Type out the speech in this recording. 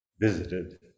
visited